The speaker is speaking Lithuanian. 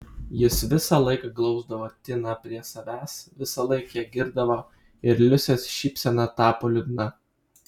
jis visąlaik glausdavo tiną prie savęs visąlaik ją girdavo ir liusės šypsena tapo liūdna